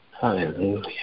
Hallelujah